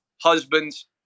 husbands